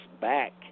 back